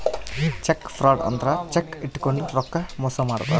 check fraud ಅಂದ್ರ cheque ಇಟ್ಕೊಂಡು ರೊಕ್ಕ ಮೋಸ ಮಾಡ್ತಾರ